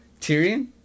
Tyrion